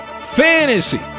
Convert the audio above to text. Fantasy